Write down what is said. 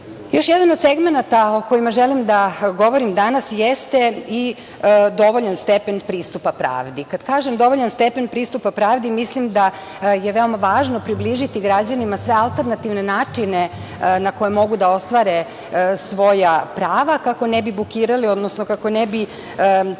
jedan od segmenata o kojima želim da govorim danas jeste i dovoljan stepen pristupa pravdi. Kad kažem - dovoljan stepen pristupa pravdi, mislim da je veoma važno približiti građanima sve alternativne načine na koje mogu da ostvare svoja prava, kako ne bi bukirali, odnosno kako ne bi